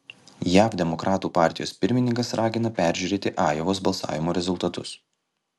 jav demokratų partijos pirmininkas ragina peržiūrėti ajovos balsavimo rezultatus